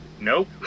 nope